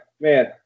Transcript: man